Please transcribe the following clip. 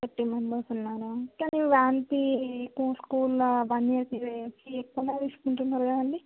thirty members ఉన్నారా కానీ van fee ఇప్పుడు స్కూల్లో వన్ ఇయర్కి ఎక్కువగానే తీసుకుంటున్నారు కదా అండి